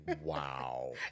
Wow